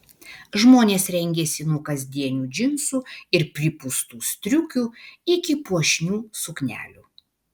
žmonės rengėsi nuo kasdienių džinsų ir pripūstų striukių iki puošnių suknelių